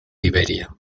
liberia